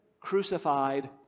crucified